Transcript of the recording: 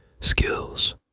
skills